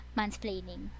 Mansplaining